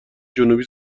جنوبی